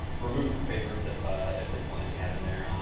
remove from favorites, if ah if it's one that you have in there.